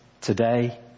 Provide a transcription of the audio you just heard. today